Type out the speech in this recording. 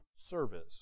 service